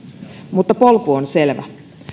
mutta polku on selvä